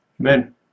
Amen